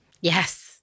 Yes